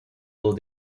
low